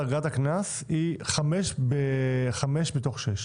מדווחים על כך שהם משתמשים בטלפון נייד בזמן נהיגה,